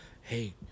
hey